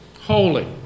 Holy